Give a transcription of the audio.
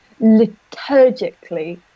liturgically